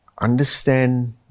Understand